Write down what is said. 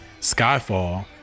Skyfall